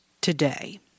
today